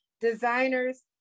designers